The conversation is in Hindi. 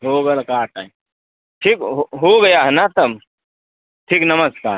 होगल का टाइम ठीक हो गया है ना तम ठीक नमस्कार